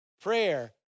Prayer